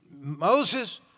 Moses